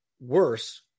worse